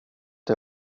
det